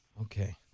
Okay